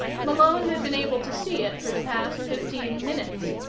malone had been able to see it for the past fifteen minutes,